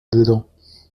dedans